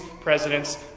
presidents